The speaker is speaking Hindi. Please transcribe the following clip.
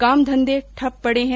काम धंधे ठप पड़े हैं